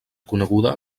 coneguda